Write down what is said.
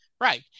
Right